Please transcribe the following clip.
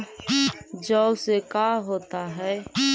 जौ से का होता है?